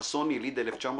חסון, יליד 1987,